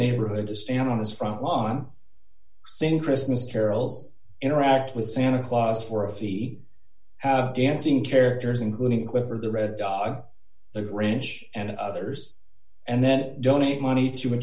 neighborhood to stand on his front lawn sin christmas carols interact with santa claus for a fee have dancing characters including clifford the red dog the ranch and others and then donate money to a